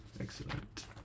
Excellent